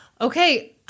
Okay